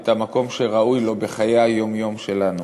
את המקום שראוי להם בחיי היום-יום שלנו.